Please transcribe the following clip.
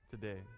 today